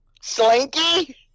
Slinky